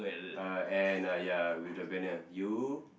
uh and uh ya with the banner you